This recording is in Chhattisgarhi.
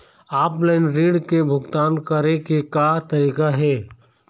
ऑफलाइन ऋण के भुगतान करे के का तरीका हे?